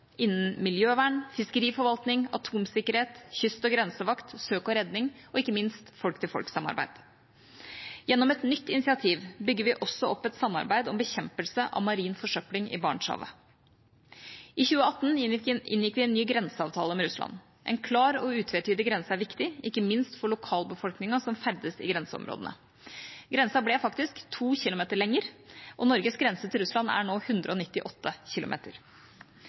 innen miljøvern, fiskeriforvaltning, atomsikkerhet, kyst- og grensevakt, søk og redning og ikke minst folk-til-folk-samarbeid. Gjennom et nytt initiativ bygger vi også opp et samarbeid om bekjempelse av marin forsøpling i Barentshavet. I 2018 inngikk vi en ny grenseavtale med Russland. En klar og utvetydig grense er viktig, ikke minst for lokalbefolkningen som ferdes i grenseområdene. Grensen ble faktisk 2 km lengre, og Norges grense til Russland er nå 198 km.